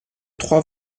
trois